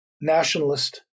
nationalist